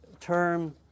term